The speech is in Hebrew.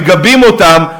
מגבים אותם,